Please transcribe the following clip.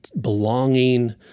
belonging